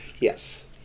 Yes